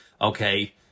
Okay